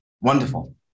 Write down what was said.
Wonderful